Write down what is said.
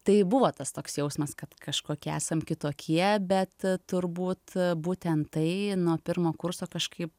tai buvo tas toks jausmas kad kažkokie esam kitokie bet turbūt būtent tai nuo pirmo kurso kažkaip